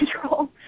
control